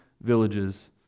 villages